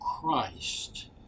Christ